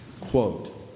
quote